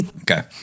okay